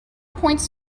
points